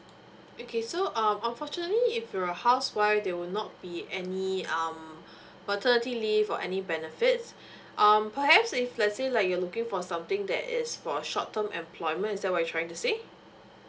okay so um unfortunately if you're a housewife they will not be any um maternity leave or any benefits um perhaps if let's say like you're looking for something that is for a short term employment is that what you're trying to say